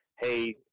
Hey